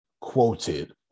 quoted